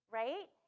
right